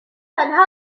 fun